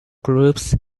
groups